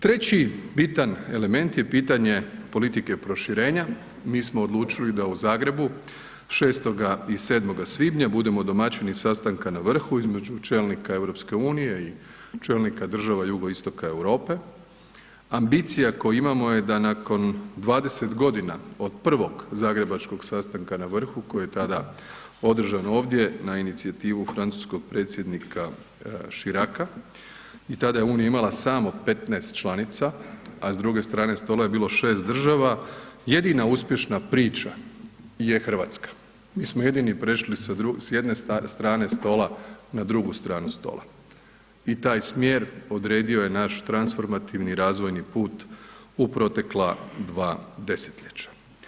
Treći bitan element je pitanje politike proširenja, mi smo odlučili da u Zagrebu 6. i 7. svibnja budemo domaćini sastanka na vrhu između čelnika EU i čelnika država jugoistoka Europe, ambicija koju imamo je da nakon 20.g. od prvog zagrebačkog sastanka na vrhu koji je tada održan ovdje na inicijativu francuskog predsjednika Chiraca i tada je Unija imala samo 15 članica, a s druge strane stola je bilo 6 država, jedina uspješna priča je RH, mi smo jedini prešli s jedne strane stola na drugu stranu stola i taj smjer odredio je naš transformativni razvojni put u protekla dva desetljeća.